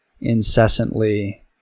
incessantly